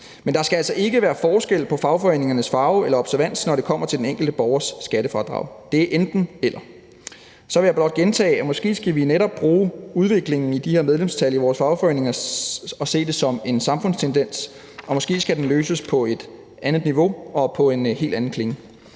men der skal altså ikke være forskel på fagforeningernes farve eller observans, når det kommer til den enkelte borgers skattefradrag. Det er enten-eller. Så vil jeg blot gentage, at måske skal vi netop bruge udviklingen i de her medlemstal i vores fagforeninger og se det som en samfundstendens, og måske skal den løses på et andet niveau og på en helt anden klinge.